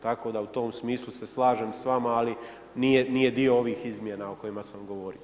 Tako da u tom smislu se slažem s vama, ali nije dio ovih izmjena o kojima sam govorio.